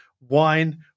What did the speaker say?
wine